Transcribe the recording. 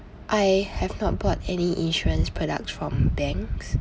I have not bought any insurance products from banks